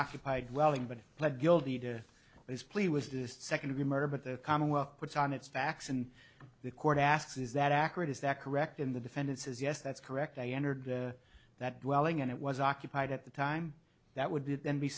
occupied dwelling but he pled guilty to his plea was this second degree murder but the commonwealth puts on its facts and the court asks is that accurate is that correct in the defendant says yes that's correct i entered that dwelling and it was occupied at the time that would be